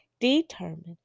determined